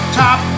top